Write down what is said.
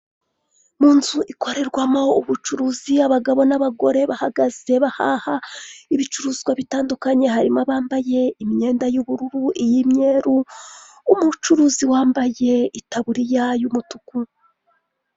Mu nzu ikorerwamo ubucuruzi abagabo n'abagore bahagaze bahaha ibicuruzwa bitandukanye, harimo abambaye imyenda y'ubururu iy'imyeru, umucuruzi wambaye itaburiya y'umutuku.